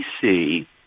see